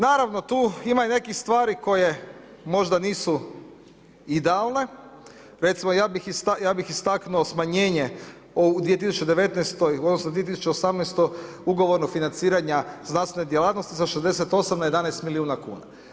Naravno, tu ima i nekih stvari koje možda nisu idealne, recimo, ja bih istaknuo smanjenje u 2019.-toj odnosno u 2018.-toj ugovorno financiranja znanstvene djelatnosti sa 68 na 11 milijuna kuna.